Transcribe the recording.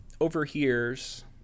overhears